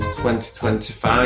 2025